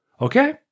Okay